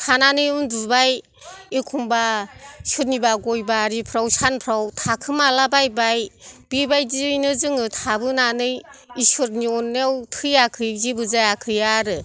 थानानै उन्दुबाय एखमबा सोरनिबा गय बारिफ्राव सानफ्राव थाखोमालाबायबाय बेबायदिनो जोङो थाबोनानै इसोरनि अननायाव थैआखै जेबो जायाखै आरो